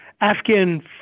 Afghan